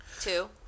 Two